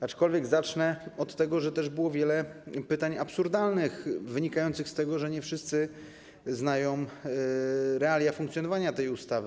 Aczkolwiek zacznę od tego, że też było wiele pytań absurdalnych, wynikających z tego, że nie wszyscy znają realia funkcjonowania tej ustawy.